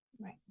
right